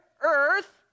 Earth